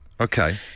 Okay